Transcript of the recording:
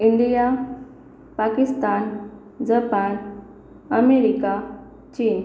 India Pakistan Japan America चीन